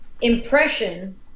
impression